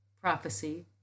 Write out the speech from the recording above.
prophecy